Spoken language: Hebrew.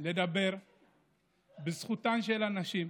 לדבר בזכותן של הנשים.